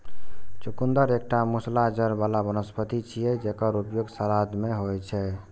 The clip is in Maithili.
चुकंदर एकटा मूसला जड़ बला वनस्पति छियै, जेकर उपयोग सलाद मे होइ छै